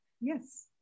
Yes